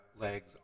legs